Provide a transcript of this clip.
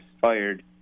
fired